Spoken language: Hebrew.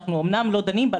שאומנם אנחנו לא דנים בה,